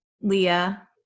Leah